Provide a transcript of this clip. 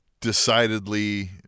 decidedly